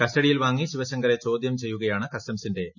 കസ്റ്റഡിയിൽ വാങ്ങി ശിവശങ്കറെ ചോദൃം ചെയ്യുകയാണ് കസ്റ്റംസിന്റെ ലക്ഷ്യം